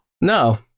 No